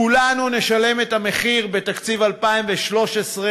כולנו נשלם את המחיר בתקציב 2016,